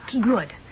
Good